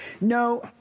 No